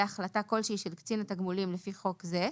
החלטה כלשהי של קצין התגמולים לפי חוק זה,